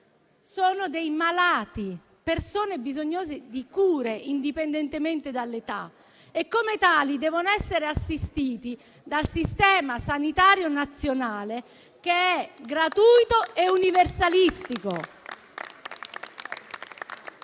sono dei malati, sono persone bisognose di cure indipendentemente dall'età e, come tali, devono essere assistiti dal Sistema sanitario nazionale, che è gratuito e universalistico.